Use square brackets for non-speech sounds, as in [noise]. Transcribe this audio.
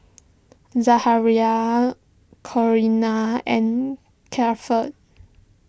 [unintelligible] Corinna and Keifer